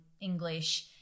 English